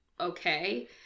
okay